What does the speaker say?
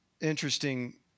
interesting